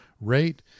rate